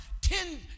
Ten